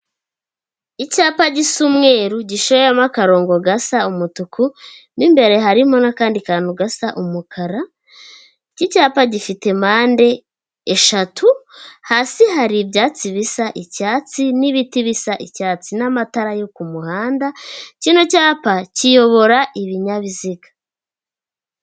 Icyapa gisa umweru giciyemo akarongo gasa umutuku n'imbere harimo n'akandi kantu gasa umukara k'icyapa gifite mpande 3 hasi hari ibyatsi bisa icyatsi n'ibiti bisa icyatsi n'amatara yo ku muhanda kino cyapa kiyobora ibinyabiziga.